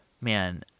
man